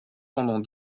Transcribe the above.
pendant